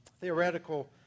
theoretical